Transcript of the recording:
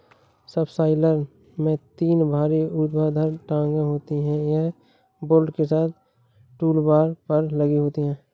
subsoiler में तीन भारी ऊर्ध्वाधर टांगें होती हैं, यह बोल्ट के साथ टूलबार पर लगी होती हैं